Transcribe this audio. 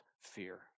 fear